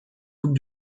coupe